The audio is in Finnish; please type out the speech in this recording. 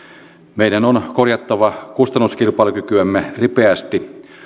meidän on korjattava kustannuskilpailukykyämme ripeästi